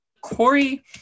Corey